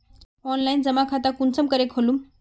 Online जमा खाता कुंसम करे खोलूम?